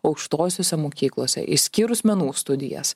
aukštosiose mokyklose išskyrus menų studijas